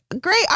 great